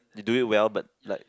you do it well but like